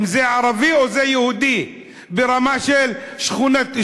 אם זה ערבי או זה יהודי: ברמה של שכונות,